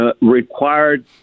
required